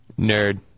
Nerd